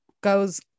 goes